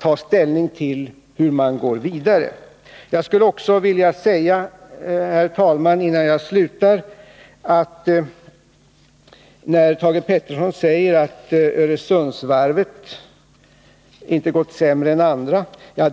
ta ställning till hur vi skall gå vidare. Innan jag slutar skulle jag vilja ta upp vad Thage Peterson sade om att Öresundsvarvet inte gått sämre än andra varv.